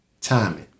timing